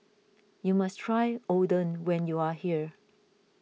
you must try Oden when you are here